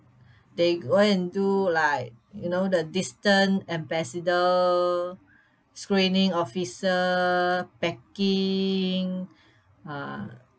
they go and do like you know the distant ambassador screening officer packing uh